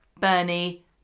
Bernie